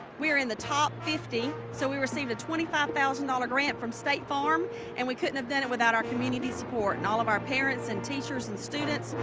we're in the top fifty so we received a twenty five thousand dollars ah ah grant from state farm and we couldn't have done it without our community support and all um our parents and teachers and students.